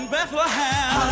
Bethlehem